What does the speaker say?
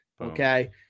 Okay